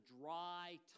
dry